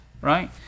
right